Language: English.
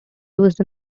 used